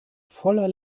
voller